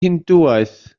hindŵaeth